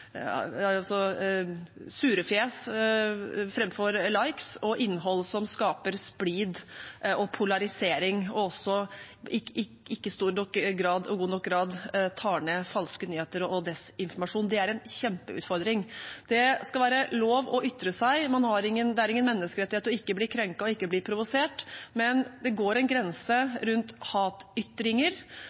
surefjes framfor «likes» og innhold som skaper splid og polarisering, og ikke i stor og god nok grad tar ned falske nyheter og desinformasjon. Det er en kjempeutfordring. Det skal være lov til å ytre seg. Det er ingen menneskerettighet ikke å bli krenket og ikke bli provosert, men det går en grense rundt hatytringer,